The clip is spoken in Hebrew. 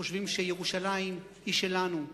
חושבים שירושלים היא שלנו,